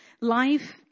Life